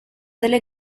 delle